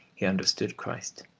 he understood christ,